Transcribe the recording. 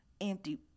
empty